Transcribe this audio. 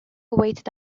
awaited